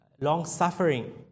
long-suffering